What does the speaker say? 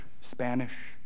Spanish